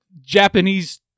Japanese